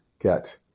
get